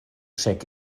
check